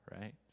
right